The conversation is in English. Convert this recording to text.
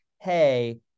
hey